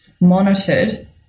monitored